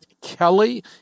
Kelly